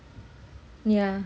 ya